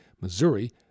Missouri